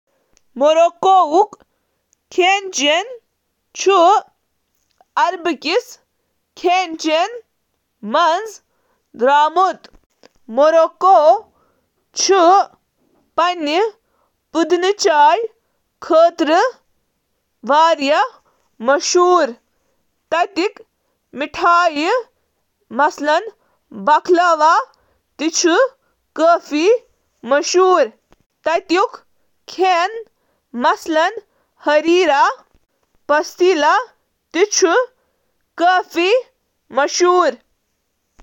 Couscous چُھ مراکشُک قومی ڈِش مانٛنہٕ یِوان یُس ابلِتھ سبزین ہٕنٛدِس أکِس برتنَس پیٚٹھٕ رلاونہٕ چُھ یِوان، یہِ ڈِش چُھ اَکہِ گھنٛٹہٕ یا اَمہِ کھۄتہٕ زِیٛادٕ وقتس تام اَتھٕ سۭتۍ لَگٲوِتھ تاکہِ یہِ یٔقیٖنی بناونہٕ خٲطرٕ زِ ٲخری نٔتیٖجہ آبرجینز، پیاز تہٕ کُنہِ تہِ بییہِ سبزی سۭتۍ پیش یِوان کرنہٕ یُس تُہنٛد فینسی چھُ کران، یہِ چھُنہٕ صرف اصل مزٕ بلکہ چھُ سٮ۪ٹھاہ صحت مند تہِ۔